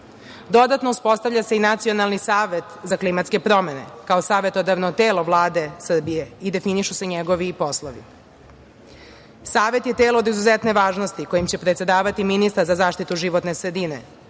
uspostavlja se i Nacionalni savet za klimatske promene kao savetodavno telo Vlade Srbije i definišu se njegovi poslovi. Savet je telo od izuzetne važnosti kojim će predsedavati ministar za zaštitu životne sredine,